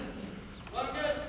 is that